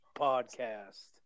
podcast